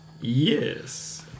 Yes